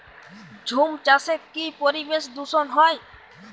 ঝুম চাষে কি পরিবেশ দূষন হয়?